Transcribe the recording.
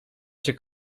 cię